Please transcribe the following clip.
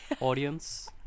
Audience